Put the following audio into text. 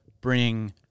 bring